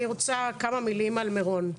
אני רוצה כמה מילים על מירון.